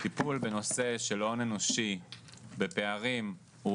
טיפול בנושא של הון אנושי בפערים הוא